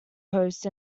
host